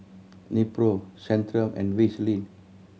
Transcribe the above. Nepro Centrum and Vaselin